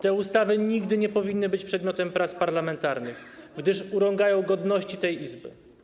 Te ustawy nigdy nie powinny być przedmiotem prac parlamentarnych, gdyż urągają godności tej Izby.